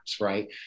Right